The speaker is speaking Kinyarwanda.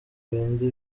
bindi